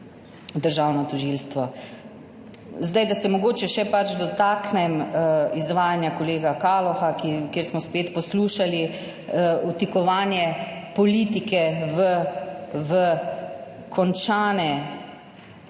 državno tožilstvo. Da se mogoče še dotaknem izvajanja kolega Kaloha, kjer smo spet poslušali o vtikanju politike v končane postopke